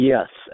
Yes